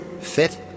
Fit